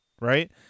right